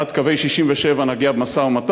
עד קווי 67' נגיע במשא-ומתן,